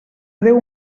deu